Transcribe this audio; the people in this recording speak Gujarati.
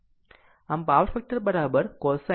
આમ પાવર ફેક્ટર cosine 10